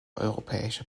europäische